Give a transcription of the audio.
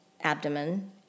abdomen